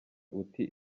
uti